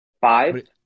Five